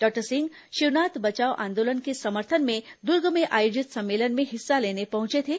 doctor Singh Shivnath बचाओ आंदोलन के समर्थन में दुर्ग में आयोजित सम्मेलन में हिस्सा लेने पहुंचे थे